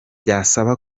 byasaba